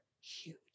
Huge